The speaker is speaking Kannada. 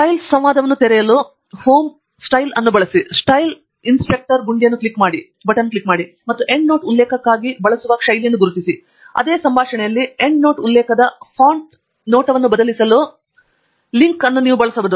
ಸ್ಟೈಲ್ಸ್ ಸಂವಾದವನ್ನು ತೆರೆಯಲು ಹೋಮ್ ಸ್ಟೈಲ್ಸ್ ಅನ್ನು ಬಳಸಿ ಸ್ಟೈಲ್ ಇನ್ಸ್ಪೆಕ್ಟರ್ ಗುಂಡಿಯನ್ನು ಕ್ಲಿಕ್ ಮಾಡಿ ಮತ್ತು ಎಂಡ್ನೋಟ್ ಉಲ್ಲೇಖಕ್ಕಾಗಿ ಬಳಸುವ ಶೈಲಿಯನ್ನು ಗುರುತಿಸಿ ಮತ್ತು ಅದೇ ಸಂಭಾಷಣೆಯಲ್ಲಿ ಎಂಡ್ನೋಟ್ ಉಲ್ಲೇಖದ ಫಾಂಟ್ ನೋಟವನ್ನು ಬದಲಾಯಿಸಲು ಮಾರ್ಡಿಕ್ ಲಿಂಕ್ ಅನ್ನು ನೀವು ಬಳಸಬಹುದು